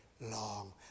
long